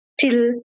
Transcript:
till